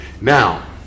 Now